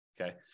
Okay